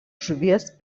žuvies